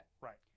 Right